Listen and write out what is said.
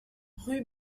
rue